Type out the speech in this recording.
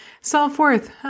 Self-worth